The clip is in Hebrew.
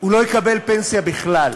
הוא לא יקבל פנסיה בכלל.